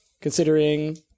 considering